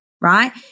right